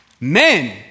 Men